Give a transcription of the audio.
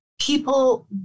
People